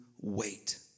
wait